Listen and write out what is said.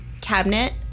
cabinet